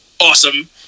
awesome